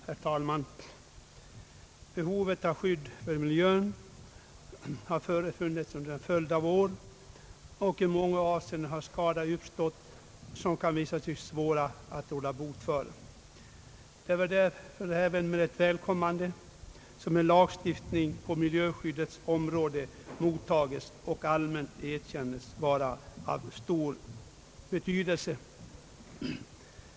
Herr talman! Behovet av skydd för miljön har funnits under en följd av år, och i många avseenden har sådana skador uppstått att det kan visa sig svårt att råda bot för dem. En lagstiftning på miljöskyddets område välkomnas därför och erkännes allmänt vara av stor betydelse.